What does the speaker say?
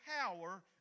power